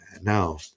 now